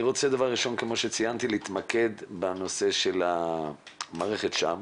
אני רוצה דבר ראשון כמו שציינתי להתמקד בנושא מערכת השע"ם.